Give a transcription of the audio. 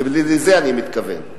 לזה אני מתכוון.